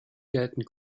gelten